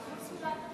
סעיפים 1 6